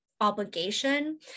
obligation